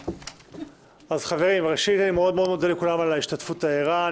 אני מאוד מודה לכולם על ההשתתפות הערה.